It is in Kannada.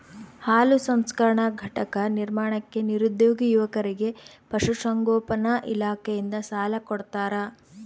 ಹಾಲು ಸಂಸ್ಕರಣಾ ಘಟಕ ನಿರ್ಮಾಣಕ್ಕೆ ನಿರುದ್ಯೋಗಿ ಯುವಕರಿಗೆ ಪಶುಸಂಗೋಪನಾ ಇಲಾಖೆಯಿಂದ ಸಾಲ ಕೊಡ್ತಾರ